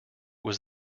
was